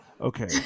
Okay